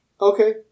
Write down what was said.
Okay